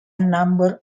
number